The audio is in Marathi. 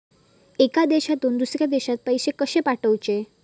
एका देशातून दुसऱ्या देशात पैसे कशे पाठवचे?